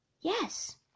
Yes